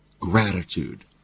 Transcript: Gratitude